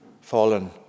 fallen